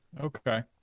okay